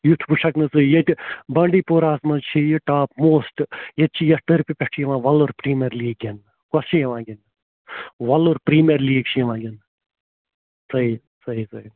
یُتھ وٕچھَکھ نہٕ ژٕ ییٚتہِ بانٛڈی پورہَس منٛز چھِ یہِ ٹاپ موسٹ ییٚتہِ چھِ یَتھ ٹٔرفہِ پٮ۪ٹھ چھِ یِوان وَلُر پرٛیٖمیَر لیٖگ گِنٛدنہٕ کۄس چھےٚ یِوان گِنٛدنہٕ وَلُر پرٛیٖمیَر لیٖگ چھےٚ یِوان گِنٛدنہٕ صحیح صحیح صحیح